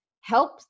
help